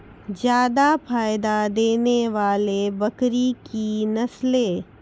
जादा फायदा देने वाले बकरी की नसले?